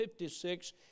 56